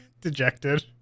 dejected